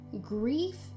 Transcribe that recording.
grief